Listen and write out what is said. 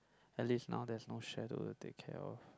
at least now there's no shadow to take care of